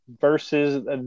versus